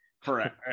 Correct